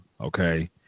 okay